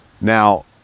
Now